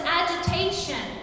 agitation